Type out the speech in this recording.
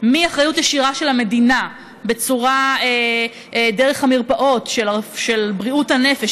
מאחריות ישירה של המדינה דרך המרפאות של בריאות הנפש,